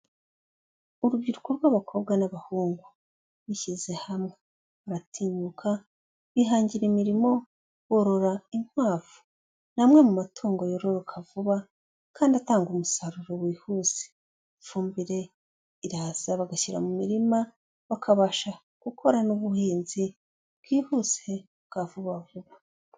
Urubyiruko rw'abakobwa n'abahungu, bishyize hamwe, baratinyuka bihangira imirimo, borora inkwavu. Ni amwe mu matungo yororoka vuba, kandi atanga umusaruro wihuse, ifumbire iraza bagashyira mu mirima, bakabasha gukora n'ubuhinzi bwihuse bwa vuba vuba.